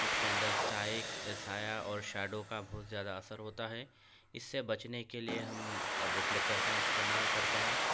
اس کے اندر سائے سایہ اور شیڈو کا بہت زیادہ اثر ہوتا ہے اس سے بچنے کے لیے ہم ریفلیکٹر کا استعمال کرتے ہیں